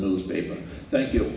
newspaper thank you